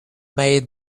made